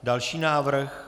Další návrh.